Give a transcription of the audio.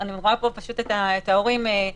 אני רואה פה פשוט את ההורים שיחשבו